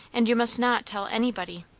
and you must not tell anybody.